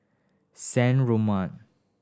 San Remo